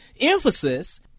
emphasis